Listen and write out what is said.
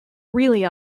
really